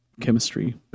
chemistry